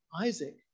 Isaac